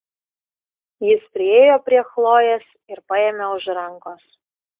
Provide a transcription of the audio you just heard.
jis priėjo prie chlojės ir paėmė už rankos